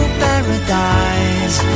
paradise